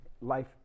life